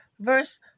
verse